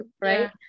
Right